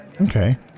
Okay